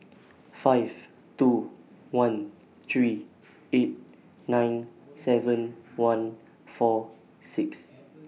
five two one three eight nine seven one four six